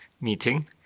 meeting